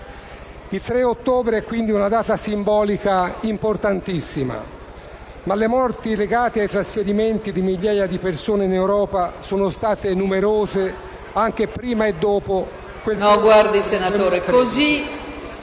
Il 3 ottobre è, quindi, una data simbolica importantissima, ma le morti legate ai trasferimenti di migliaia di persone in Europa sono state numerose anche prima e dopo